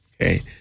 Okay